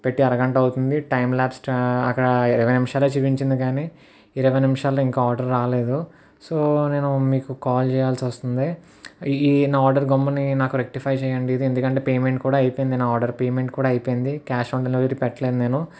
పెట్టి అరగంట అవుతుంది టైం లాప్స్ అక్కడ ఇరవై నిమిషాలే చూపించింది కానీ ఇరవై నిమిషాల్లో ఇంకా ఆర్డర్ రాలేదు సో నేను మీకు కాల్ చేయాల్సి వస్తుంది ఈ నా ఆర్డర్ని గమ్ముని రెక్టిఫై చేయండి ఎందుకంటే పేమెంట్ కూడా అయిపోయింది ఆర్డర్ పేమెంట్ కూడా అయిపోయింది క్యాష్ ఆన్ డెలివరీ పెట్టలేదు నేను